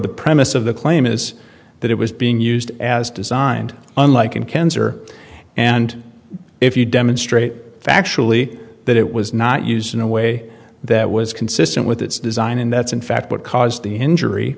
the premise of the claim is that it was being used as designed unlike in cancer and if you demonstrate factually that it was not used in a way that was consistent with its design and that's in fact what caused the injury